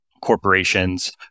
corporations